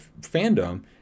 fandom